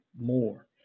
more